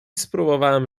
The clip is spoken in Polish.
spróbowałem